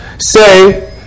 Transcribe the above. say